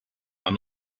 are